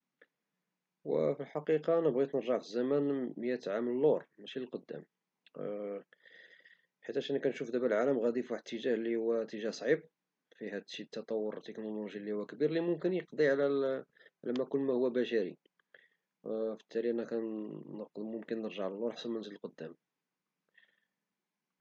وفي الحقيقة أنا بغيت نرجع للزمن ميتين عام لور ماشي القدام حتاش كنشوف العالم غادي دبا فواحد الاتجاه لي هو صعيب فيه هدشي التطور التكونولوجي الكبير ليمكن يقضي على كل ما هو بشري وبالتالي أنا كنفضل نرجع لور حسن منزيد القدام.